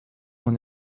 mon